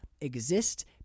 exist